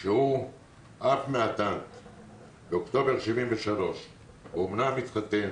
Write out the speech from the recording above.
כשהוא עף מן הטנק באוקטובר 73. הוא אמנם התחתן